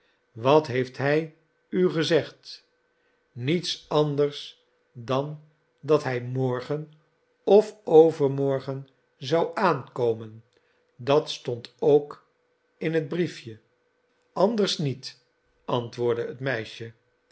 wat heeft hij u gezegd niets anders dan dat hij morgen of overmorgen zou aankomen dat stond ook in het briefje anders niet antwoordde het meisje